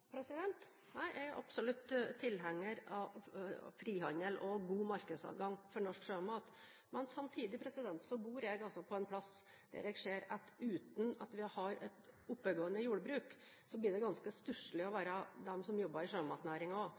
markedsadgang for norsk sjømat, men samtidig bor jeg på et sted der jeg ser at uten at vi har et oppegående jordbruk, blir det ganske stusselig å være dem som jobber i sjømatnæringen. Vi er gjensidig avhengige av hverandre rundt omkring i distriktene, og